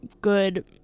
good